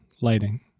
lighting